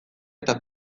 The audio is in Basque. eta